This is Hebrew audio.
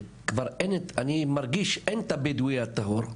אני מרגיש שכבר אין את הבדואי הטהור,